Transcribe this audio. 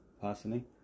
personally